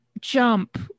Jump